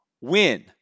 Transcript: win